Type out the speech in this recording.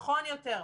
נכון יותר,